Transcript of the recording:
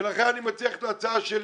ולכן אני מציע את ההצעה שלי,